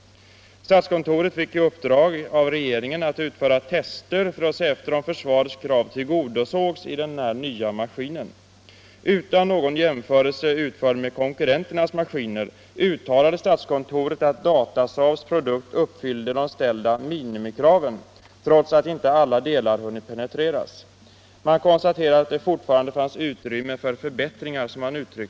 Statskontoret fick uppdrag av regeringen att utföra tester för att se efter om försvarets krav tillgodosågs i den nya maskinen. Utan någon jämförelse utförd med konkurrenternas maskiner uttalade statskontoret att Datasaabs produkt uppfyllde de ställda minimikraven trots att inte alla delar hunnit penetreras. Man konstaterade att det fortfarande fanns ”utrymme för förbättringar”.